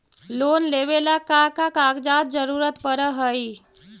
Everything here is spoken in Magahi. लोन लेवेला का का कागजात जरूरत पड़ हइ?